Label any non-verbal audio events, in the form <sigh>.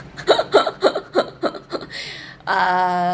<laughs> err